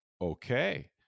okay